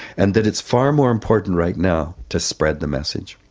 and that it's far more important right now to spread the message.